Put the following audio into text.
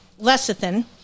lecithin